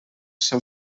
seu